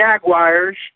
Jaguars